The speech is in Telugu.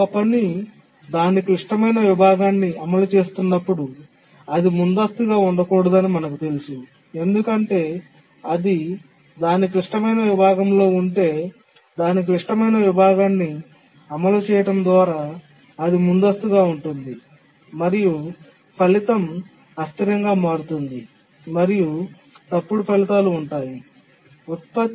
ఒక పని దాని క్లిష్టమైన విభాగాన్ని అమలు చేస్తున్నప్పుడు అది ముందస్తుగా ఉండకూడదని మనకు తెలుసు ఎందుకంటే అది దాని క్లిష్టమైన విభాగంలో ఉంటే దాని క్లిష్టమైన విభాగాన్ని అమలు చేయడం ద్వారా అది ముందస్తుగా ఉంటుంది మరియు ఫలితం అస్థిరంగా మారుతుంది మరియు తప్పుడు ఫలితాలు ఉంటాయి ఉత్పత్తి